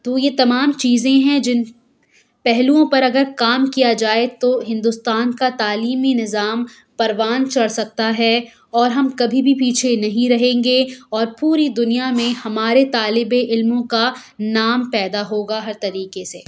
تو یہ تمام چیزیں ہیں جن پہلوؤں پر اگر کام کیا جائے تو ہندوستان کا تعلیمی نظام پروان چڑھ سکتا ہے اور ہم کبھی بھی پیچھے نہیں رہیں گے اور پوری دنیا میں ہمارے طالب علموں کا نام پیدا ہوگا ہر طریقے سے